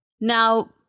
Now